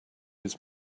his